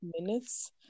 minutes